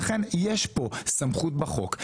לכן יש כאן סמכות בחוק.